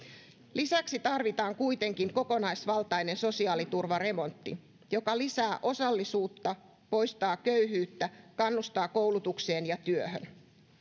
lisäksi tarvitaan kuitenkin kokonaisvaltainen sosiaaliturvaremontti joka lisää osallisuutta poistaa köyhyyttä kannustaa koulutukseen ja työhön